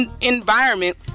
environment